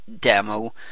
demo